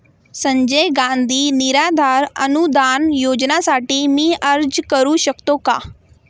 संजय गांधी निराधार अनुदान योजनेसाठी मी अर्ज करू शकतो का?